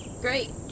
great